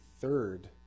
third